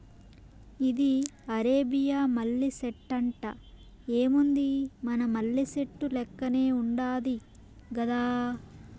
ఇది అరేబియా మల్లె సెట్టంట, ఏముంది మన మల్లె సెట్టు లెక్కనే ఉండాది గదా